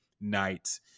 night